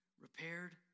repaired